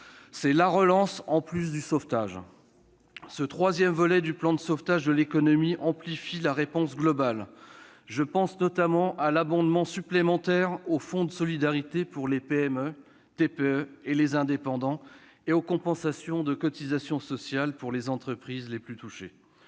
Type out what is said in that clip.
la relance en plus de prévoir le sauvetage. Ce troisième volet du plan de sauvetage de l'économie vise à amplifier la réponse globale. Je pense, notamment, à l'abondement supplémentaire au fonds de solidarité pour les PME, les TPE et les indépendants ou aux compensations de cotisations sociales pour les entreprises les plus touchées.